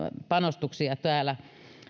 panostuksia täällä